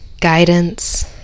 guidance